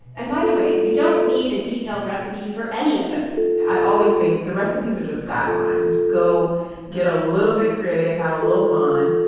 and by the way, you don't need a detailed recipe for any of this i always say, the recipes are just guidelines. go get a little bit creative, have a little fun,